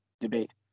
debate